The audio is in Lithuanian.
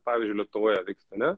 pavyzdžiui lietuvoje vyksta ane